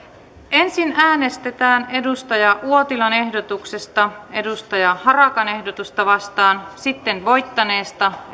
ensin äänestetään kari uotilan ehdotuksesta timo harakan ehdotusta vastaan sitten voittaneesta